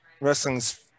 wrestling's